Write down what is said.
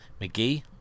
McGee